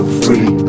free